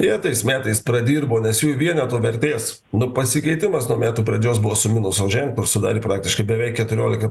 jie tais metais pradirbo nes jų vieneto vertės pasikeitimas nuo metų pradžios buvo su minuso ženklu sudarė praktiškai beveik keturiolika